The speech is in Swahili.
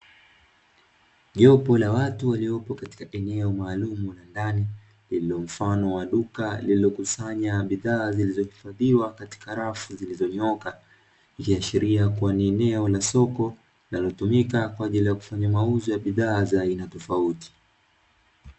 Jopo la watu waliopo katika eneo maalum la ndani, lililo mfano wa duka lililokusanya bidhaaa zilizohifadhiwa katika rafu zilizonyooka, ikiashiria kua ni eneo na soko, lililotumika kwa ajili ya kufanya mauzo ya bidhaa za aina tofauti.